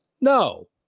No